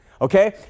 Okay